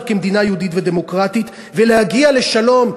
כמדינה יהודית ודמוקרטית ולהגיע לשלום,